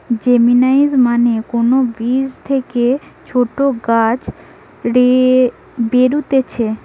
germination মানে কোন বীজ থেকে ছোট গাছ বেরুতিছে